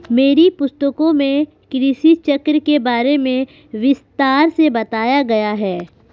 मेरी पुस्तकों में कृषि चक्र के बारे में विस्तार से बताया गया है